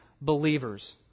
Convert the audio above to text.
believers